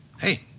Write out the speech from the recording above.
hey